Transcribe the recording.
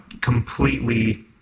completely